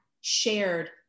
shared